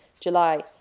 July